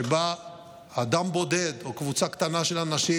שבה אדם בודד או קבוצה קטנה של אנשים,